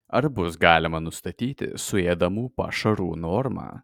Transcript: ar bus galima nustatyti suėdamų pašarų normą